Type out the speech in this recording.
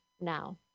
now